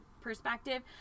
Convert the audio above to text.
perspective